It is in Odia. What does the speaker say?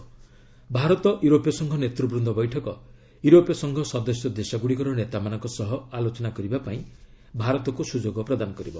'ଭାରତ ୟୁରୋପୀୟ ସଂଘ ନେତୃବୃନ୍ଦ ବୈଠକ' ୟୁରୋପୀୟ ସଂଘ ସଦସ୍ୟ ଦେଶଗୁଡ଼ିକର ନେତାମାନଙ୍କ ସହ ଆଲୋଚନା କରିବା ପାଇଁ ସୁଯୋଗ ପ୍ରଦାନ କରିବ